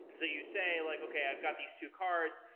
and so you say like, okay, i got these two cards.